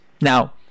Now